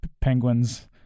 penguins